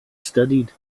studied